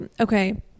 Okay